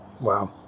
Wow